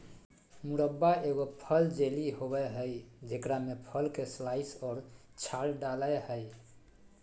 मुरब्बा एगो फल जेली होबय हइ जेकरा में फल के स्लाइस और छाल डालय हइ